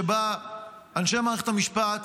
שבה אנשי מערכת המשפט,